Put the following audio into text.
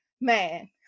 man